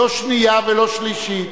לא שנייה ולא שלישית.